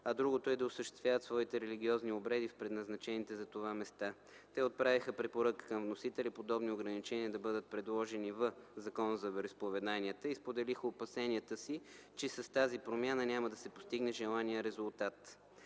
а другото е да осъществяват своите религиозни обреди в предназначените за това места. Те отправиха препоръка към вносителя подобни ограничения да бъдат предложени в Закона за вероизповеданията и споделиха опасенията си, че с тази промяна няма да се постигне желания резултат.